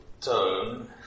tone